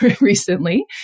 recently